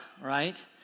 right